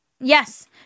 Yes